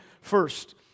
first